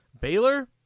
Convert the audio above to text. Baylor